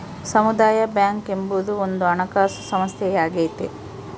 ಸಮುದಾಯ ಬ್ಯಾಂಕ್ ಎಂಬುದು ಒಂದು ಹಣಕಾಸು ಸಂಸ್ಥೆಯಾಗೈತೆ